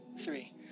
three